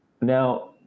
Now